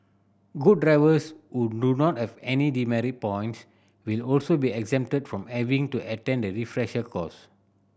good drivers who do not have any demerit points will also be exempted from having to attend the refresher course